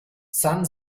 san